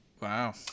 Wow